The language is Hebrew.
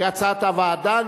כהצעת הוועדה,